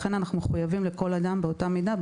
ולכן אנחנו מחויבים לכל אדם באותה מידה,